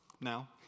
now